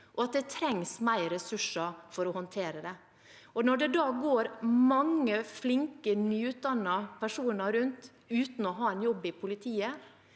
og at det trengs mer ressurser for å håndtere den. Når det da går mange flinke nyutdannede personer rundt uten å ha en jobb i politiet,